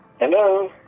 Hello